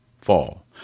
fall